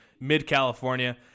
mid-California